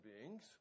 beings